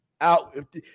out